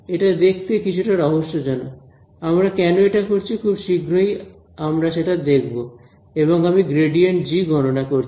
এটা দেখতে কিছুটা রহস্যজনক আমরা কেন এটা করছি খুব শীঘ্রই আমরা সেটা দেখব এবং আমি ∇g গণনা করছি